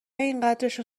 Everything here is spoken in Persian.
اینقدرشو